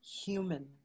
human